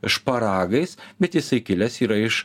šparagais bet jisai kilęs yra iš